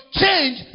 change